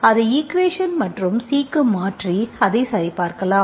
அதை ஈக்குவேஷன் மற்றும் Cக்கு மாற்றி அதை சரிபார்க்கலாம்